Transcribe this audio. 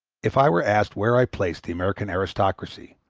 if i were asked where i place the american aristocracy,